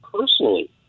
personally